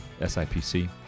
SIPC